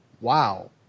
Wow